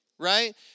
Right